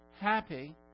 happy